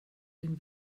den